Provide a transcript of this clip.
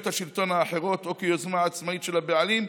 השלטון האחרות או כיוזמה עצמאית של הבעלים,